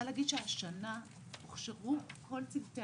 דבר ראשון, השנה הוכשרו כל צוותי